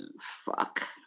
Fuck